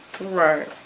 Right